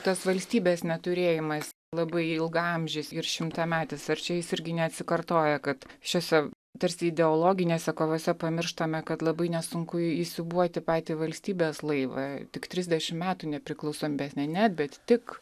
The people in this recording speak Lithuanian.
tas valstybės neturėjimas labai ilgaamžis ir šimtametis ar čia jis irgi neatsikartoja kad šiose tarsi ideologinėse kovose pamirštame kad labai nesunku įsiūbuoti patį valstybės laivą tik trisdešimt metų nepriklausomybės bet ne net bet tik